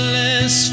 less